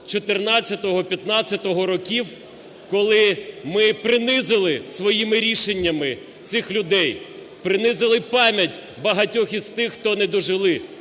2014-2015 років, коли ми принизили своїми рішеннями цих людей, принизили пам'ять багатьох із тих, хто не дожили